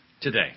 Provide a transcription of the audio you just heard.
today